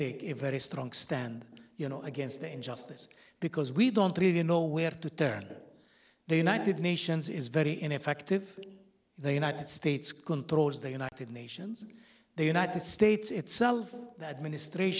it very strong stand you know against the injustice because we don't really know where to turn the united nations is very ineffective the united states controls the united nations the united states itself that min